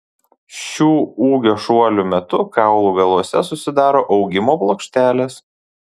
šių ūgio šuolių metu kaulų galuose susidaro augimo plokštelės